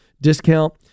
discount